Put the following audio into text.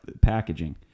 packaging